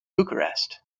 bucharest